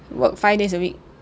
work five days a week